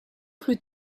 plus